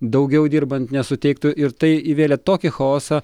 daugiau dirbant nesuteiktų ir tai įvėlė tokį chaosą